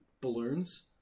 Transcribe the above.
balloons